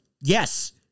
Yes